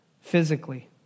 physically